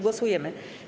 Głosujemy.